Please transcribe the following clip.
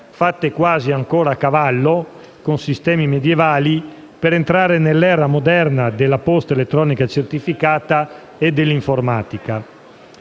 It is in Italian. fatte quasi ancora a cavallo, con sistemi medioevali, per entrare nell'era moderna della posta elettronica certificata e dell'informatica.